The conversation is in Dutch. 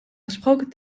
gesproken